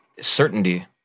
certainty